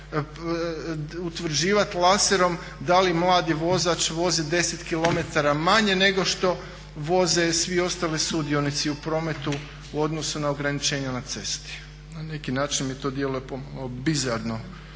da li mladi vozač vozi 10 km manje nego što voze svi ostali sudionici u prometu u odnosu na ograničenja na cesti. Na neki način mi to djeluje pomalo